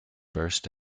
burst